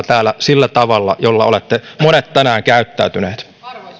täällä sillä tavalla jolla teistä monet ovat tänään käyttäytyneet